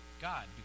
God